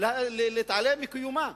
להתעלם מקיומה.